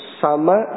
sama